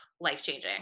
life-changing